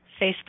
facebook